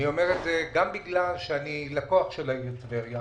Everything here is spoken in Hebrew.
אני אומר את זה גם בגלל שאני לקוח של העיר טבריה.